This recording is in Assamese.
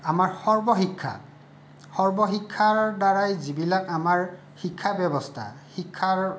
আমাৰ সৰ্বশিক্ষা সৰ্বশিক্ষাৰ দ্বাৰাই যিবিলাক আমাৰ শিক্ষাব্যৱস্থা শিক্ষাৰ